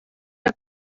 are